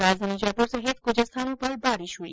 राजधानी जयपुर सहित कुछ स्थानों पर बारिश हुई